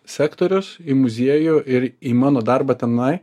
sektorius į muziejų ir į mano darbą tenai